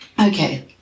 Okay